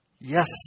yes